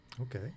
Okay